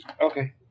Okay